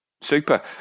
super